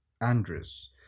Andres